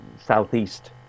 southeast